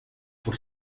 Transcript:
por